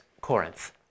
Corinth